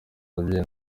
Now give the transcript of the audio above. ababyeyi